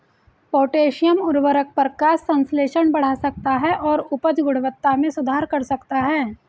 potassium उवर्रक प्रकाश संश्लेषण बढ़ा सकता है और उपज गुणवत्ता में सुधार कर सकता है